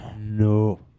no